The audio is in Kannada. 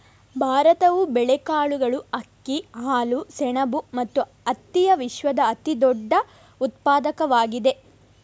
ಭಾರತವು ಬೇಳೆಕಾಳುಗಳು, ಅಕ್ಕಿ, ಹಾಲು, ಸೆಣಬು ಮತ್ತು ಹತ್ತಿಯ ವಿಶ್ವದ ಅತಿದೊಡ್ಡ ಉತ್ಪಾದಕವಾಗಿದೆ